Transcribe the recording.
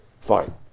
fine